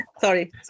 Sorry